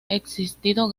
existido